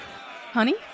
honey